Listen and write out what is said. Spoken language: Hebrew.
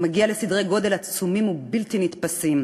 מגיע לסדרי גודל עצומים ובלתי נתפסים.